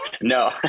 No